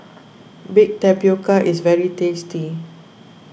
Baked Tapioca is very tasty